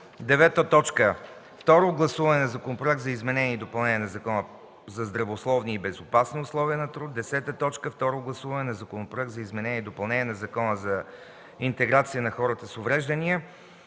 институции. 9. Второ гласуване на Законопроекта за изменение и допълнение на Закона за здравословни и безопасни условия на труд. 10. Второ гласуване на Законопроекта за изменение и допълнение на Закона за интеграция на хората с увреждания.